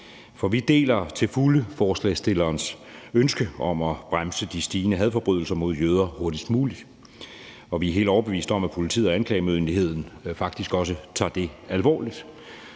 For vi deler til fulde forslagsstillernes ønske om at bremse det stigende antal hadforbrydelser mod jøder hurtigst muligt. Vi er helt overbeviste om, at politiet og anklagemyndigheden faktisk også tager det alvorligt.